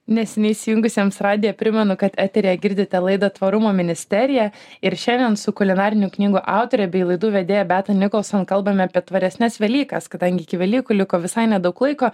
neseniai įsijungusiems radiją primenu kad eteryje girdite laidą tvarumo ministerija ir šiandien su kulinarinių knygų autore bei laidų vedėja beata nicholson kalbame apie tvaresnes velykas kadangi iki velykų liko visai nedaug laiko